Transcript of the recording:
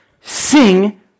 sing